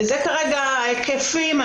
אלו כרגע ההיקפים,